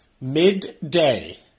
midday